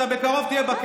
אתה תשב בכלא.